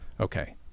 Okay